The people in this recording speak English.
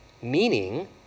Meaning